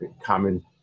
common